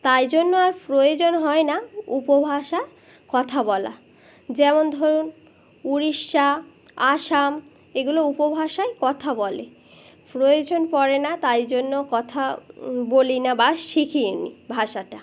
তাই জন্য আর প্রয়োজন হয় না উপভাষায় কথা বলা যেমন ধরুন উড়িষ্যা আসাম এগুলো উপভাষায় কথা বলে প্রয়োজন পড়ে না তাই জন্য কথা বলি না বা শিখি নি ভাষাটা